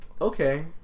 Okay